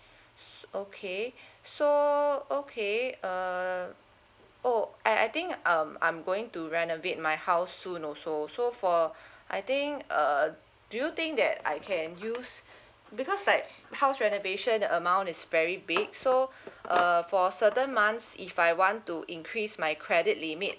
so okay so okay uh oh I I think um I'm going to renovate my house soon also so for I think err do you think that I can use because like house renovation the amount is very big so err for certain months if I want to increase my credit limit